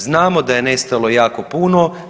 Znamo da je nestalo jako puno.